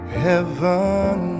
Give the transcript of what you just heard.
heaven